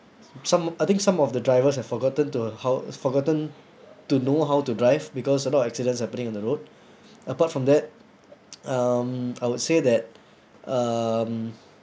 some I think some of the drivers have forgotten to how forgotten to know how to drive because a lot of accidents happening on the road apart from that um I would say that um